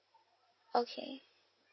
okay